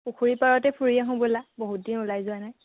পুখুৰীৰ পাৰতে ফুৰি আহোঁ ব'লা বহুত দিন ওলাই যোৱা নাই